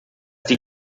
die